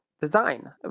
design